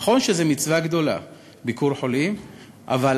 נכון שביקור חולים הוא מצווה גדולה,